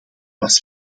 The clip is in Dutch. was